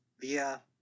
via